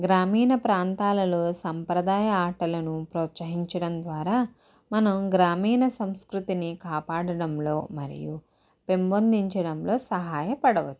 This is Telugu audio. గ్రామీణ ప్రాంతాలలో సాంప్రదాయ ఆటలను ప్రోత్సహించడం ద్వారా మనం గ్రామీణ సంస్కృతిని కాపాడడంలో మరియు పెంపొందించడంలో సహాయపడవచ్చు